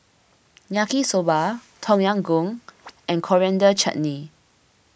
Yaki Soba Tom Yam Goong and Coriander Chutney